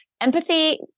empathy